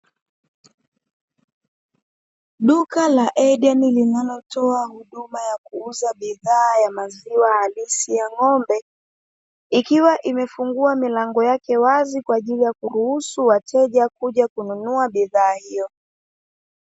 Duka la Edeni linalo toa huduma ya kuuza bidhaa ya maziwa halisi ya ng'ombe, ikiwa imefungua milango yake wazi kwa ajili ya kuruhusu, wateja kuja kununua bidhaa hiyo.